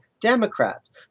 Democrats